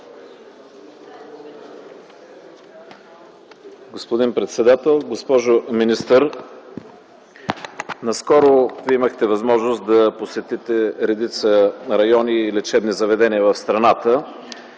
Господин председател, госпожо министър! Наскоро имахте възможност да посетите редица райони и лечебни заведения в страната,